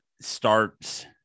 starts